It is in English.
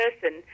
person